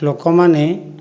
ଲୋକମାନେ